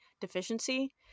deficiency